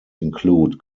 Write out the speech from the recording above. include